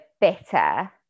bitter